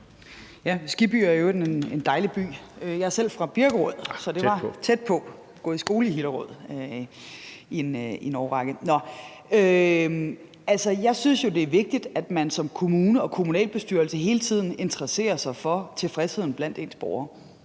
Skibby er i øvrigt en dejlig by. Jeg er selv fra Birkerød, så det var tæt på Hillerød, og jeg har gået i skole i Hillerød i en årrække. Jeg synes jo, det er vigtigt, at man som kommune og kommunalbestyrelse hele tiden interesserer sig for tilfredsheden blandt ens borgere.